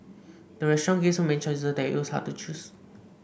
the restaurant gave so many choices that it was hard to choose